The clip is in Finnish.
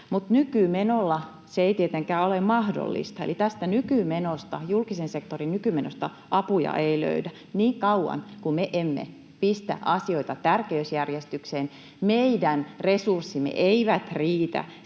mutta nykymenolla se ei tietenkään ole mahdollista, eli tästä nykymenosta, julkisen sektorin nykymenosta, apuja ei löydä. Niin kauan kuin me emme pistä asioita tärkeysjärjestykseen, meidän resurssimme eivät riitä